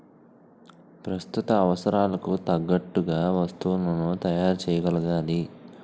ప్రస్తుత అవసరాలకు తగ్గట్టుగా వస్తువులను తయారు చేయగలగాలి